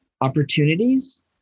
opportunities